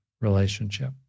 relationship